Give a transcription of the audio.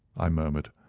i murmured.